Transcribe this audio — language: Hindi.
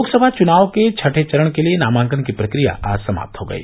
लोकसभा चुनाव के छठें चरण के लिये नामांकन की प्रक्रिया आज समाप्त हो गयी